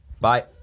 Bye